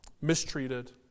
mistreated